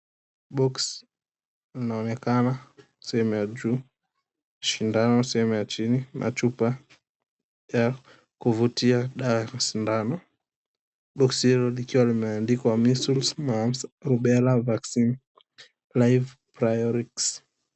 Boksi linaonekana sehemu ya juu, shindano sehemu ya chini na chupa ya kuvutia dawa kwa sindano. Boksi hilo likiwa limeandikwa "Measles Maps Rubella Vaccine Life Priorix".